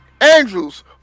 Andrews